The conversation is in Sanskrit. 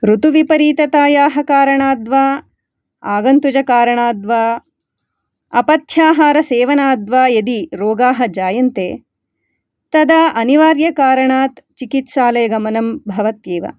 ऋतुविपरीततयाः कारणाद्वा आगन्तुजकारणाद्वा अपथ्याहारसेवनाद्वा यदि रोगाः जायन्ते तदा अनिवार्यकारणात् चिकित्सालयगमनं भवत्येव